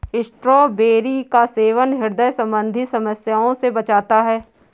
strawberry का सेवन ह्रदय संबंधी समस्या से बचाता है